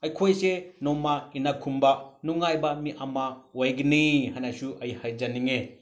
ꯑꯩꯈꯣꯏꯁꯦ ꯅꯣꯡꯃ ꯏꯅꯥ ꯈꯨꯟꯕ ꯅꯨꯡꯉꯥꯏꯕ ꯃꯤ ꯑꯃ ꯑꯣꯏꯒꯅꯤ ꯍꯥꯏꯅꯁꯨ ꯑꯩ ꯍꯥꯏꯖꯅꯤꯡꯉꯦ